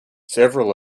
several